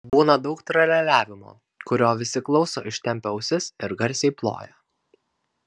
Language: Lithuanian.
būna daug tralialiavimo kurio visi klauso ištempę ausis ir garsiai ploja